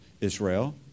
Israel